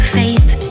faith